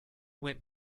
went